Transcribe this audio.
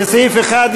לסעיף 1,